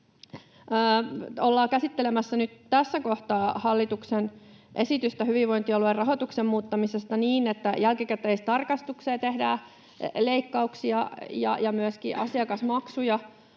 Ollaan käsittelemässä nyt tässä kohtaa hallituksen esitystä hyvinvointialuerahoituksen muuttamisesta niin, että jälkikäteistarkastukseen tehdään leikkauksia ja myöskin asiakasmaksuja